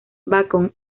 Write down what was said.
bacon